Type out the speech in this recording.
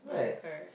yeah correct